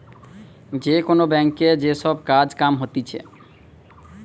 যে কোন ব্যাংকে যে সব কাজ কাম হতিছে